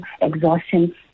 exhaustion